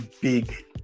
big